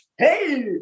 Hey